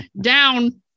down